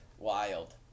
Wild